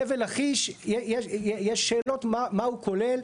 חבל לכיש יש שאלת מה הוא כולל.